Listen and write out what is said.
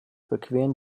überqueren